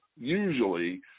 usually